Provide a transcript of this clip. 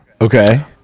Okay